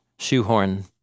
Shoehorn